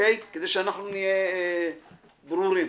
כדי שנהיה ברורים.